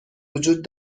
وجود